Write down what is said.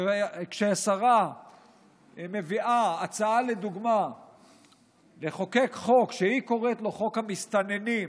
לדוגמה כשהשרה מביאה הצעה לחוקק חוק שהיא קוראת לו "חוק המסתננים",